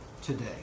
today